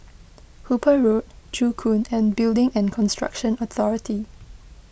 Hooper Road Joo Koon and Building and Construction Authority